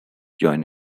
join